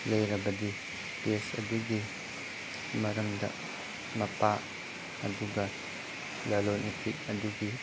ꯂꯩꯔꯕꯗꯤ ꯄꯦꯖ ꯑꯗꯨꯒꯤ ꯃꯔꯝꯗ ꯃꯄꯥ ꯑꯗꯨꯒ ꯂꯂꯣꯟ ꯏꯇꯤꯛ ꯑꯗꯨꯒꯤ